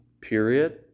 period